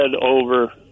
over